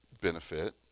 benefit